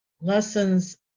lessons